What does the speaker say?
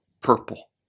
purple